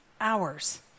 hours